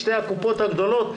שתי הקופות הגדולות,